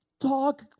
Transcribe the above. talk